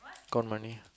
count money